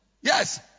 Yes